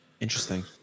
Interesting